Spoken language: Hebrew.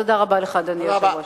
תודה רבה לך, אדוני היושב-ראש.